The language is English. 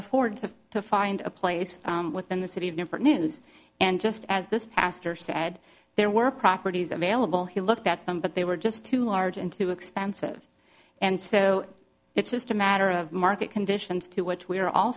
afford to find a place within the city of newport news and just as this pastor said there were properties available he looked at them but they were just too large and too expensive and so it's just a matter of market conditions to which we're all